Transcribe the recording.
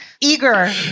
Eager